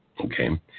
okay